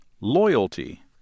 Loyalty